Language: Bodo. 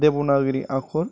देब'नागिरि आख'र